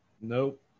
Nope